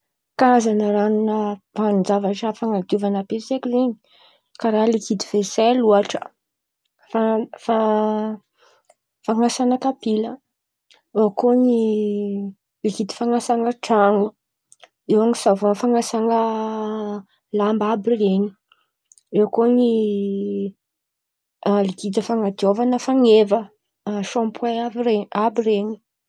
Karazan̈a ran̈on-draha fanadiovan̈a ampiasaiko zen̈y karà: likidy vesaily ôhatra fanasana kapila bôko ny zy fanasan̈a tran̈o, eo ny savon fan̈asan̈a lamba àby ren̈y eo koa ny likidy fan̈adiovan̈a fan̈eva sampoin àby ren̈y.